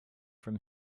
from